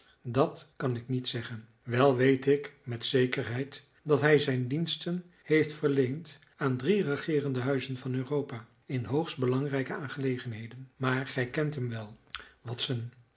dat kan ik niet zeggen wel weet ik met zekerheid dat hij zijn diensten heeft verleend aan drie regeerende huizen van europa in hoogst belangrijke aangelegenheden maar gij kent hem wel watson